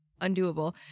undoable